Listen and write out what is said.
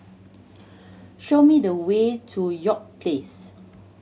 show me the way to York Place